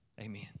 amen